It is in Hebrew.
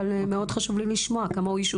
אבל מאוד חשוב לי לשמוע כמה אוישו.